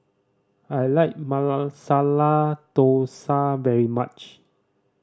I like Masala Dosa very much